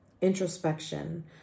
introspection